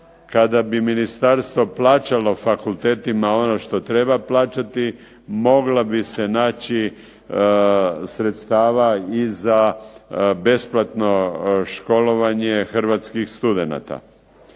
kada bi ministarstvo plaćalo fakultetima ono što treba plaćati moglo bi se naći sredstava i za besplatno školovanje hrvatskih studenata.